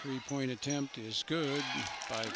three point attempt is good